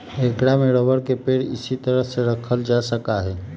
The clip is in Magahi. ऐकरा में रबर के पेड़ इसी तरह के रखल जा सका हई